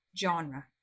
genre